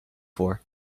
for